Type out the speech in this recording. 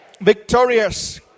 victorious